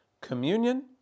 Communion